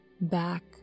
back